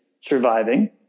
surviving